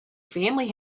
family